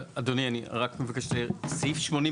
אדוני, אני רק מבקש, סעיף 82,